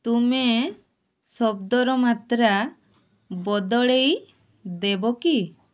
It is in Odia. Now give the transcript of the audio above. ତୁମେ ଶବ୍ଦର ମାତ୍ରା ବଦଳାଇ ଦେବ କି